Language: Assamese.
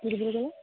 কি বুলি ক'লে